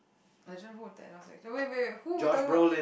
wait wait who are we talking about